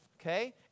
okay